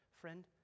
Friend